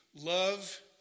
love